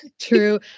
True